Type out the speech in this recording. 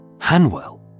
Hanwell